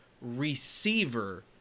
receiver –